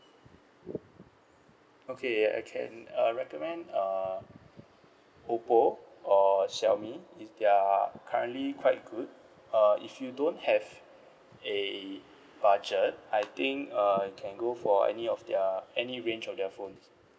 okay I can uh recommend uh oppo or xiaomi it's they're currently quite good uh if you don't have a budget I think uh can go for any of their any range of their phones